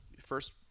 first